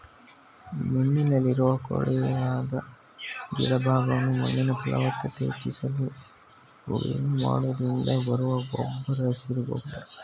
ಮಣ್ಣಲ್ಲಿರುವ ಕೊಳೆಯದ ಗಿಡ ಭಾಗವನ್ನು ಮಣ್ಣಿನ ಫಲವತ್ತತೆ ಹೆಚ್ಚಿಸಲು ಉಳುಮೆ ಮಾಡೋದ್ರಿಂದ ಬರುವ ಗೊಬ್ಬರ ಹಸಿರು ಗೊಬ್ಬರ